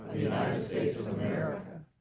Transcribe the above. united states of america,